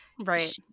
right